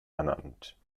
ernannt